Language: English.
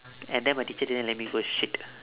and then my teacher didn't let me go shit